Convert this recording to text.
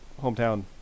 hometown